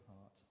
heart